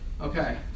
Okay